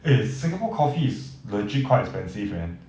eh singapore coffee is legit~ quite expensive man